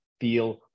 feel